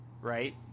right